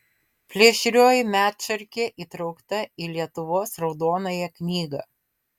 plėšrioji medšarkė įtraukta į lietuvos raudonąją knygą